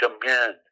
command